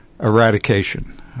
eradication